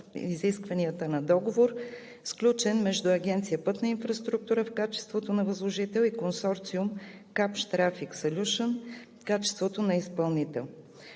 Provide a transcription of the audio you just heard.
изискванията на договор, сключен между Агенция „Пътна инфраструктура“ в качеството на възложител и Консорциум „Капш Трафик Солюшънс“ в качеството на изпълнител.